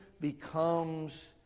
becomes